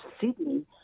Sydney